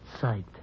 sight